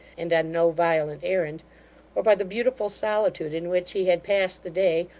and on no violent errand or by the beautiful solitude in which he had passed the day,